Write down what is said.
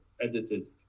edited